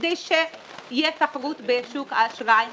כדי שתהיה תחרות בשוק האשראי לקמעונאי.